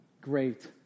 great